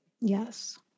Yes